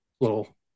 little